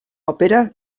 òpera